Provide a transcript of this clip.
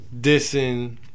dissing